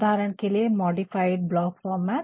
उदहारण के लिए मॉडिफाइड ब्लॉक फॉर्मेट